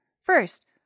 First